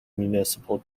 municipal